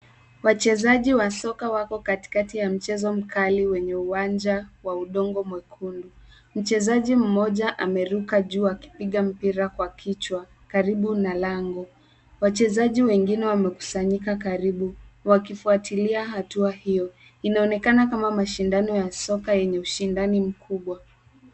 Wachezaji wa soka wako katikati ya mchezo mkali wenye uwanja wa udongo mwekundu. Mmoja ameruka juu akipiga mpira kwa kichwa karibu na lango. Wachezaji wengine wamekusanyika karibu wakifuatilia hatua hiyo. Inaonekana kama mashindano ya soka yenye ushindani mkubwa.